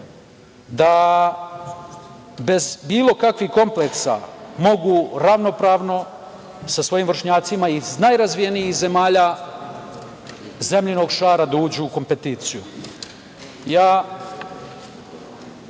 da bez bilo kakvih kompleksa mogu ravnopravno sa svojim vršnjacima iz najrazvijenijih zemalja zemljinog šara da uđu u kompeticiju. Dok